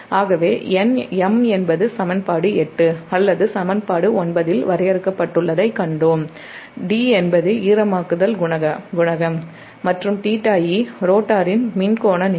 ஆகவே M என்பது சமன்பாடு 8 அல்லது சமன்பாடு 9 இல் வரையறுக்கப்பட்டுள்ளதைக் கண்டோம் D என்பது ஈரமாக்குதல் குணகம் மற்றும் θe ரோட்டரின் மின் கோண நிலை